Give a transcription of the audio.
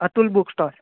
Atul book store